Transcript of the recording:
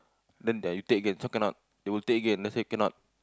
then ya you take again this one cannot they will take again let's say cannot